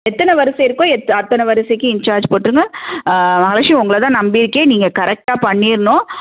எத்தனை வருச இருக்கோ எ அத்தனை வரிசைக்கும் இன்சார்ஜ் போட்டுருங்க ஐஷு நான் உங்களைத்தான் நம்பிருக்கேன் நீங்கள் கரெக்டாக பண்ணிர்ணும்